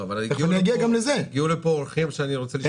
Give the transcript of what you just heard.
הגיעו לפה אורחים שאני רוצה לשמוע.